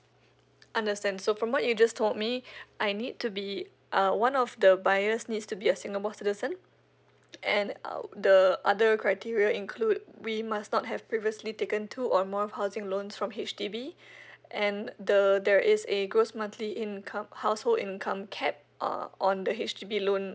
understand so from what you just told me I need to be uh one of the buyers needs to be a singapore citizen and uh the other criteria include we must not have previously taken two or more housing loans from H_D_B and the there is a gross monthly income household income cap uh on the H_D_B loan